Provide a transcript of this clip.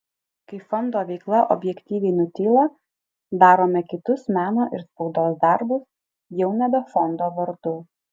kai fondo veikla objektyviai nutyla darome kitus meno ir spaudos darbus jau nebe fondo vardu